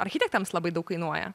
architektams labai daug kainuoja